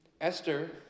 Esther